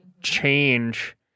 change